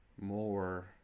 more